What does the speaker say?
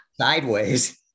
sideways